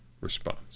response